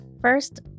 First